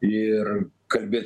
ir kalbėt